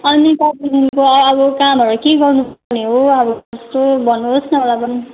अनि तपाईँको अब कामहरू के गर्नु पर्ने हो अब यसो भन्नुहोस् न मलाई पनि